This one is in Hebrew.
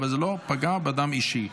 אבל זה לא פגע באדם אישי.